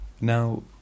Now